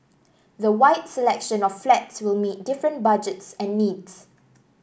the wide selection of flats will meet different budget and needs